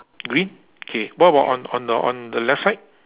green K what about on on the on the left side